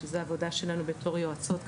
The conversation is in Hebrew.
ושזה עבודה שלנו בתור יועצות,